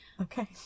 Okay